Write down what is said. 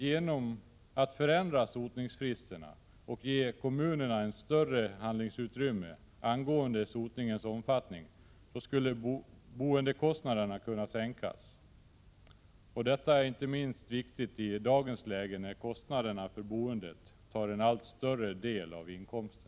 Genom att förändra sotningsfristerna och ge kommunerna ett större handlingsutrymme i fråga om sotningens omfattning skulle boendekostnaderna kunna sänkas. Detta är inte minst viktigt i dagens läge när kostnaderna för boendet tar en allt större andel av inkomsten.